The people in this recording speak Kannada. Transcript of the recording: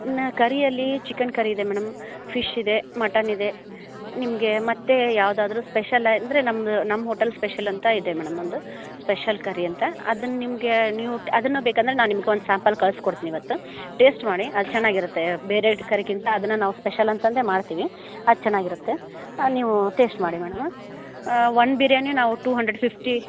ಇನ್ನು ಕರಿಯಲ್ಲಿ ಚಿಕನ್ ಕರಿ ಇದೆ ಮೇಡಮ್ ಫಿಶ್ ಇದೆ ಮಟನ್ ಇದೆ ನಿಮಗೆ ಮತ್ತೆ ಯಾವುದಾದ್ರೂ ಸ್ಪೆಷಲ್ ಅಂದರೆ ನಮ್ಮದು ನಮ್ಮ ಹೋಟೆಲ್ ಸ್ಪೆಷಲ್ ಅಂತ ಇದೆ ಮೇಡಮ್ ಒಂದು ಸ್ಪೆಷಲ್ ಕರಿ ಅಂತ ಅದನ್ನ ನಿಮಗೆ ನೀವು ಅದನ್ನು ಬೇಕಾದರೆ ನಾನು ನಿಮ್ಗೆ ಒಂದು ಸ್ಯಾಂಪಲ್ ಕಳ್ಸಿ ಕೊಡ್ತೀನಿ ಇವತ್ತು ಟೇಸ್ಟ್ ಮಾಡಿ ಅದು ಚೆನ್ನಾಗಿರುತ್ತೆ ಬೇರೆ ಕಡೆಗಿಂತ ಅದನ್ನು ನಾವು ಸ್ಪೆಷಲ್ ಅಂತಂದೆ ಮಾಡ್ತೀವಿ ಅದು ಚೆನ್ನಾಗಿರುತ್ತೆ ನೀವೂ ಟೇಸ್ಟ್ ಮಾಡಿ ಮೇಡಮ್ ಒಂದು ಬಿರ್ಯಾನಿ ನಾವು ಟು ಹಂಡ್ರೆಡ್ ಫಿಫ್ಟಿ